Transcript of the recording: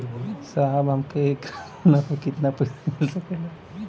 साहब हमके एक ग्रामसोना पर कितना पइसा मिल सकेला?